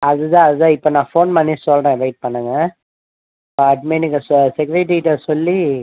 அது தான் அது தான் இப்போ நான் ஃபோன் பண்ணி சொல்றேன் வெயிட் பண்ணுங்கள் அட்மின்கிட்டே செக்யூரிட்டிகிட்டே சொல்லி